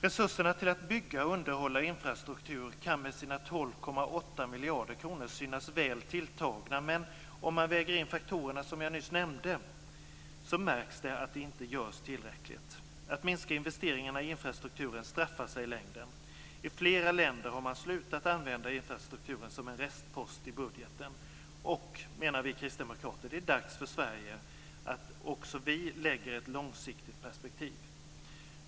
Resurserna för att bygga och underhålla infrastruktur kan med sina 12,8 miljarder kronor synas väl tilltagna, men om man väger in de faktorer som jag nyss nämnt märks att det inte är tillräckligt som görs. Att minska investeringarna i infrastrukturen straffar sig i längden. I flera länder har man slutat använda infrastrukturen som en restpost i budgeten. Det är, menar vi kristdemokrater, dags också för Sverige att anlägga ett långsiktigt perspektiv.